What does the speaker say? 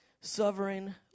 sovereign